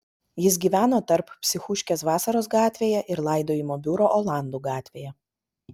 jis gyveno tarp psichuškės vasaros gatvėje ir laidojimo biuro olandų gatvėje